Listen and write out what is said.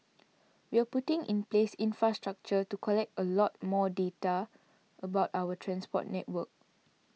we're putting in place infrastructure to collect a lot more data about our transport network